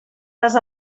les